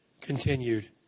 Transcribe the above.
continued